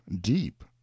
deep